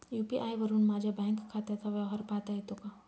UPI वरुन माझ्या bank खात्याचा व्यवहार पाहता येतो का?